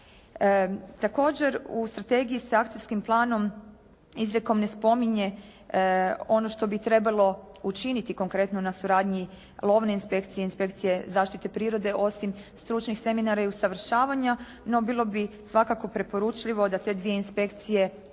Također u strategiji sa akcijskim planom izrijekom ne spominje ono što bi trebalo učiniti konkretno na suradnji lovne inspekcije, inspekcije zaštite prirode osim stručnih seminara i usavršavanja, no bilo bi svakako preporučljivo da te dvije inspekcije